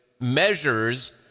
measures